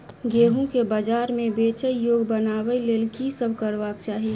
गेंहूँ केँ बजार मे बेचै योग्य बनाबय लेल की सब करबाक चाहि?